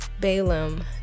Balaam